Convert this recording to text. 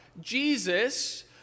Jesus